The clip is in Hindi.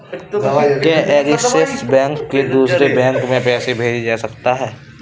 क्या ऐक्सिस बैंक से दूसरे बैंक में पैसे भेजे जा सकता हैं?